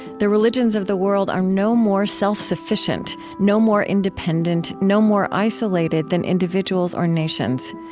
the religions of the world are no more self-sufficient, no more independent, no more isolated than individuals or nations.